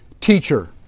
Teacher